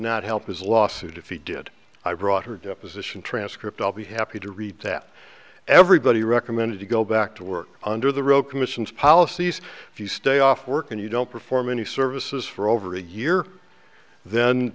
not help his lawsuit if he did i brought her deposition transcript i'll be happy to read that everybody recommended to go back to work under the roe commission's policies if you stay off work and you don't perform any services for over a year then